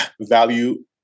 value